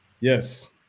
Yes